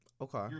Okay